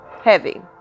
heavy